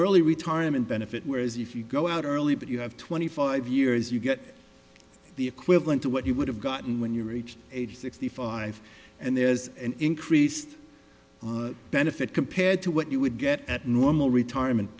early retirement benefit whereas if you go out early but you have twenty five years you get the equivalent to what you would have gotten when you reach age sixty five and there's an increased benefit compared to what you would get at normal retirement